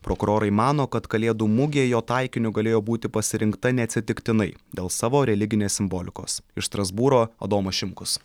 prokurorai mano kad kalėdų mugė jo taikiniu galėjo būti pasirinkta neatsitiktinai dėl savo religinės simbolikos iš strasbūro adomas šimkus